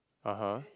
(uh huh)